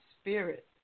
spirit